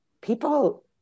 people